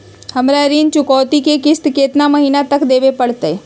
हमरा ऋण चुकौती के किस्त कितना महीना तक देवे पड़तई?